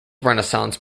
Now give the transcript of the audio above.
renaissance